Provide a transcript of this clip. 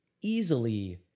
easily